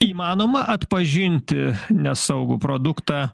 įmanoma atpažinti nesaugų produktą